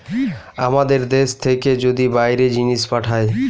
আমাদের দ্যাশ থেকে যদি বাইরে জিনিস পাঠায়